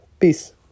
Peace